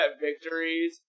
victories